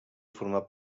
format